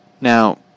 Now